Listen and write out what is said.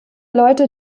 leute